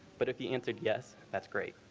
but if you answered yes that's great.